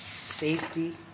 safety